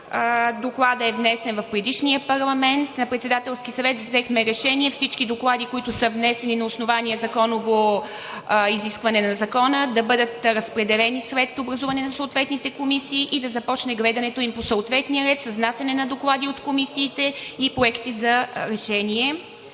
Докладът е внесен в предишния парламент. На Председателския съвет взехме решение всички доклади, които са внесени на законово изискване, да бъдат разпределени след образуване на съответните комисии и да започне гледането им по съответния ред – с внасяне на доклади от комисиите и проекти за решения.